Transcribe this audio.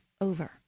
over